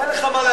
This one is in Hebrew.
אין לך מה להגיד.